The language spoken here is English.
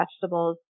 vegetables